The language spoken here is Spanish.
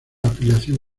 afiliación